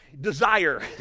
desire